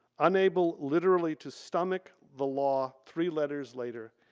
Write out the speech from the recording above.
unable literally to stomach the law, three letters later,